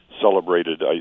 celebrated